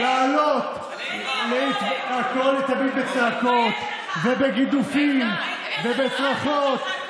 תמיד לעלות, הכול תמיד בצעקות ובגידופים ובצרחות.